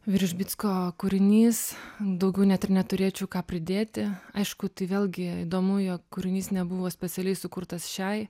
viržbicko kūrinys daugiau net ir neturėčiau ką pridėti aišku tai vėlgi įdomu jog kūrinys nebuvo specialiai sukurtas šiai